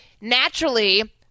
naturally